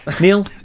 Neil